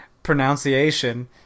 pronunciation